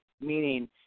meaning